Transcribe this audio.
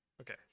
Okay